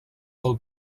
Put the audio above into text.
del